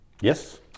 Yes